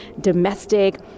domestic